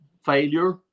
failure